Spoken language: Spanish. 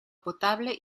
potable